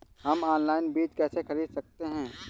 हम ऑनलाइन बीज कैसे खरीद सकते हैं?